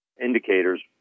indicators